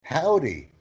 Howdy